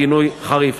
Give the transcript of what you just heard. גינוי חריף.